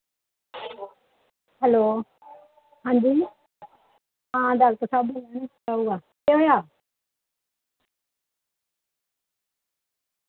hello हां जी हां डाक्टर साहब बोला दे केह् होएआ